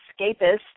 escapist